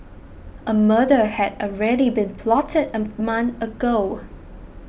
a murder had already been plotted a month ago